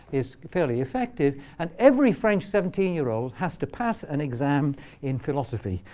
is fairly effective. and every french seventeen year old has to pass an exam in philosophy.